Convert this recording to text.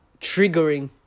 triggering